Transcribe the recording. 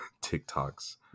TikTok's